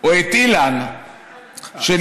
או את אילן שנהרגו,